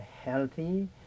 healthy